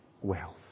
wealth